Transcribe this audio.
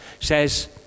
says